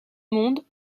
monde